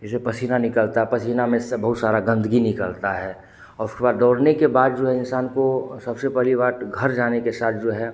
जैसे पसीना निकलता पसीना में सब बहुत सारी गंदगी निकलती है और उसके बाद दौड़ने के बाद जो है इंसान को सबसे पहली बात घर जाने के साथ जो है